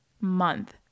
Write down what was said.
month